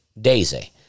Daisy